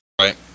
Right